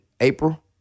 April